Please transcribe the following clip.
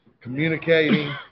communicating